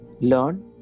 learn